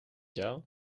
jou